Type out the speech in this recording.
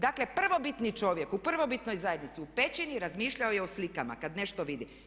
Dakle, prvobitni čovjek u prvobitnoj zajednici u pećini razmišljao je o slikama kad nešto vidi.